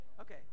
Okay